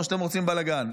או שאתם רוצים בלגן?